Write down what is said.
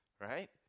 right